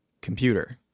computer